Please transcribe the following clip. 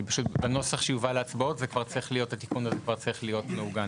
בנוסח שיובא להצבעות התיקון הזה כבר צריך להיות מעוגן.